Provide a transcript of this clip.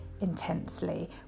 intensely